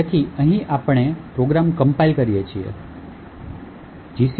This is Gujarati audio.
તેથી અહીં આપણે પ્રોગ્રામ કમ્પાઇલ કરીએ છીએ hello